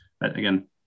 again